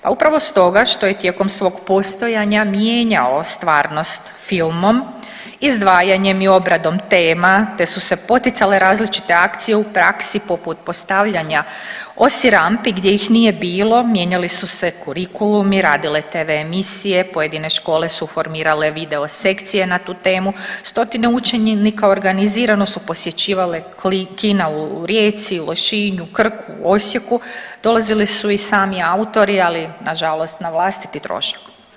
Pa upravo stoga što je tijekom svog postojanja mijenjao stvarnost filmom, izdvajanjem i obradom tema te su se poticale različite akcije u praksi poput postavljanja, osim rampi gdje ih nije bilo, mijenjali su se kurikulumi, radile TV emisije, pojedine škole su formirale videosekcije na tu temu, stotine učenika organizirano su posjećivale kina u Rijeci, Lošinju, Krku, Osijeku, dolazili su i sami autori, ali nažalost na vlastiti trošak.